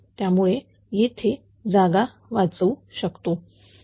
त्यामुळे येथे जागा वाचू शकतो